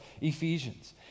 Ephesians